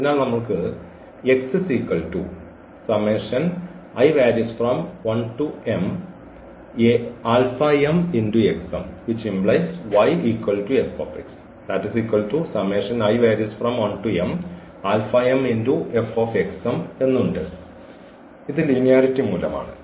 അതിനാൽ നമ്മൾക്ക് എന്ന് ഉണ്ട് ഇത് ലിനിയാരിറ്റി മൂലമാണ്